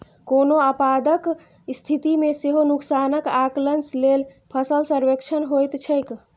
कोनो आपदाक स्थिति मे सेहो नुकसानक आकलन लेल फसल सर्वेक्षण होइत छैक